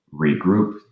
regroup